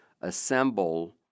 assemble